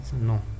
no